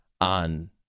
on